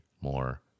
more